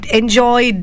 enjoy